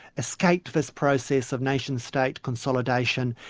escaped this process of nation-state consolidation,